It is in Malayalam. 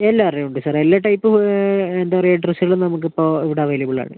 എല്ലാവരുടെയും ഉണ്ട് സാര് എല്ലാ ടൈപ്പും എന്താണ് പറയുക ഡ്രസ്സുകളും നമുക്ക് ഇപ്പോൾ ഇവിടെ അവൈലബിള് ആണ്